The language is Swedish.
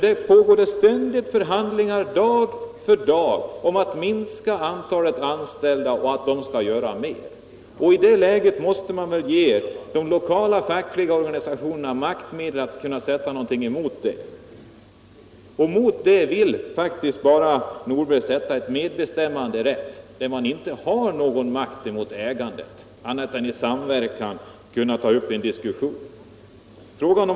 Det pågår ständigt förhandlingar, dag för dag, om att minska antalet anställda och att de som är kvar skall göra rner. I det läget måste man ge de lokala fackliga organisationerna maktmedel att kunna sätta emot sådana beslut. Mot detta vill herr Nordberg faktiskt bara sätta medbestämmanderätt. Den ger inte någon makt mot ägandet annat än att man har rätt att i samverkan ta upp en diskussion.